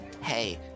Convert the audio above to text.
hey